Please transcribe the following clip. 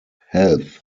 health